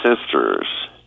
sisters